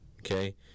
Okay